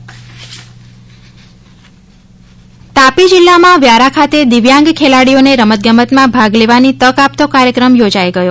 તાપી દિવ્યાંગ ખેલ તાપી જિલ્લામાં વ્યારા ખાતે દિવ્યાંગ ખેલાડીઓને રમતગમતમાં ભાગ લેવાની તક આપતો કાર્યક્રમ યોજાઇ ગયો